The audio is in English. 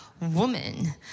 woman